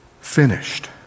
finished